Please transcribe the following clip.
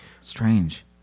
Strange